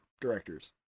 directors